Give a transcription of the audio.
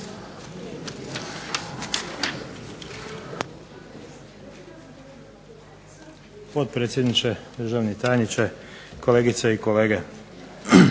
potpredsjedniče, poštovani državni tajniče, kolegice i kolege.